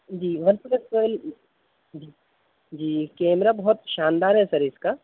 جی one plus twelve G G camera بہت شاندار ہے سر اس کا